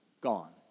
gone